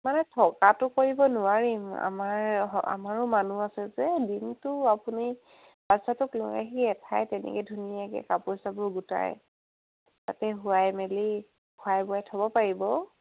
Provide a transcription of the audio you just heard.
মানে থকাটো কৰিব নোৱাৰিম আমাৰ আমাৰো মানুহ আছে যে দিনটো আপুনি বাচ্ছাটোক লৈ আহি এঠাইত তেনেকৈ ধুনীয়াকৈ কাপোৰ চাপোৰ গোটাই তাতে শুৱাই মেলি খোৱাই বোৱাই থ'ব পাৰিব